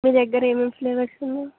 మీ దగ్గర ఏమం ఫ్లేవర్స్ ఉన్నాయి